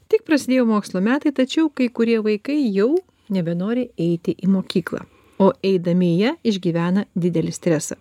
tik prasidėjo mokslo metai tačiau kai kurie vaikai jau nebenori eiti į mokyklą o eidami jie išgyvena didelį stresą